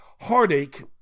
heartache